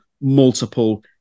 multiple